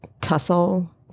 tussle